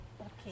okay